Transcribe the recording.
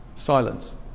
silence